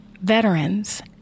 veterans